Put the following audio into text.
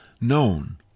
known